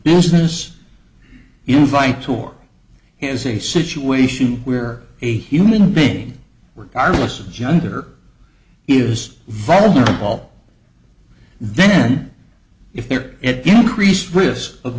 business invites or has a situation where a human being regardless of gender is vulnerable then if their priest risk of